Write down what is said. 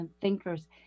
thinkers